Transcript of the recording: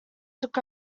took